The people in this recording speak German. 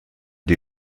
die